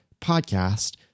podcast